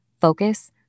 focus